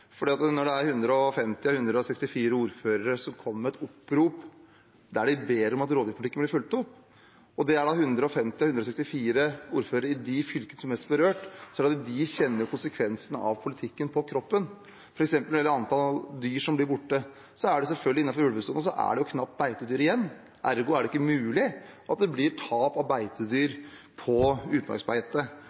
fulgt opp, og 150 av dem er ordførere i de fylkene som er mest berørt. De kjenner konsekvensene av politikken på kroppen. Når det gjelder antall dyr som blir borte: Innenfor ulvesonen er det knapt beitedyr igjen, ergo er det selvfølgelig ikke mulig at det blir tap av beitedyr på utmarksbeite.